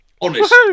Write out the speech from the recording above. Honest